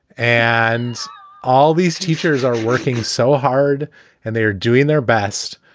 and all these teachers are working so hard and they are doing their best.